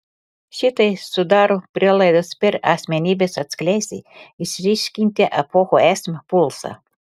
šitai sudaro prielaidas per asmenybes atskleisti išryškinti epochų esmę pulsą